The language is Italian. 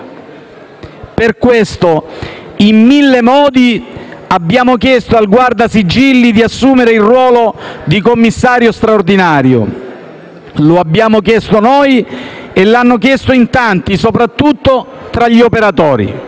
Per questo, in mille modi abbiamo chiesto al Guardasigilli di assumere il ruolo di commissario straordinario; lo abbiamo chiesto noi e lo hanno fatto in tanti, soprattutto tra gli operatori.